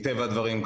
מטבע הדברים,